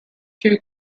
two